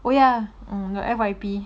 oh ya um your F_Y_P